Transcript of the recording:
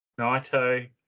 Naito